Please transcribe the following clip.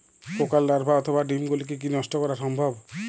পোকার লার্ভা অথবা ডিম গুলিকে কী নষ্ট করা সম্ভব?